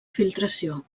filtració